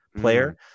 player